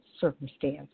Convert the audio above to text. circumstance